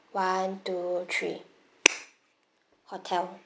one two three hotel